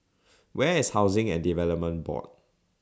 Where IS Housing and Development Board